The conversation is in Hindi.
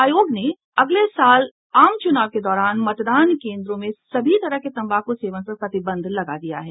आयोग ने अगले साल आम चुनाव के दौरान मतदान केन्द्रों में सभी तरह के तम्बाकू सेवन पर प्रतिबंध लगा दिया है